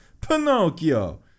Pinocchio